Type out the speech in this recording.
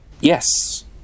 Yes